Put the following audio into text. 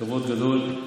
כבוד גדול.